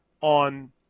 on